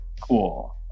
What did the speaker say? Cool